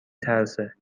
ترسه